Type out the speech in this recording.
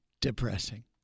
depressing